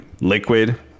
Liquid